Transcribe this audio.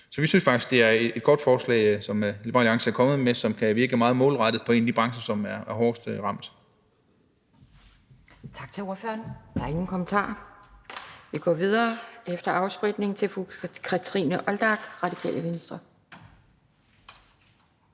Vi synes faktisk, det er et godt forslag, som Liberal Alliance er kommet med, som kan virke meget målrettet på en af de brancher, som er hårdest ramt.